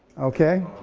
okay.